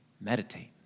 meditate